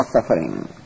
suffering